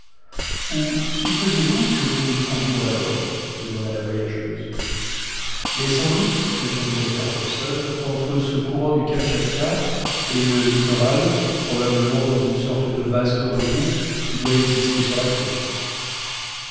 où supposez-vous que nous nous trouvions alors demanda la voyageuse mais sans doute répondit jasper hobson entre ce courant du kamtchatka et le littoral probablement dans une sorte de vaste remous qui doit exister sur la côte